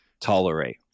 tolerate